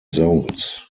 zones